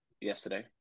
yesterday